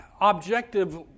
objective